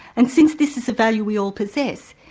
and since this is a value we all possess,